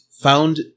found